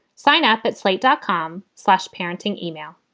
sign up at slate dot com, slash parenting email.